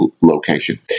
location